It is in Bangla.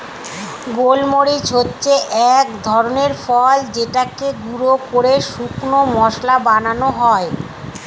গোলমরিচ হচ্ছে এক ধরনের ফল যেটাকে গুঁড়ো করে শুকনো মসলা বানানো হয়